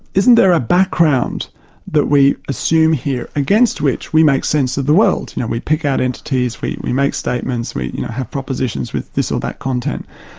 isn't there a background that we assume here, against which we make sense of the world, you know, we pick out entities, we we make statements, we you know have propositions with this or that content,